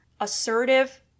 assertive